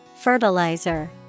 Fertilizer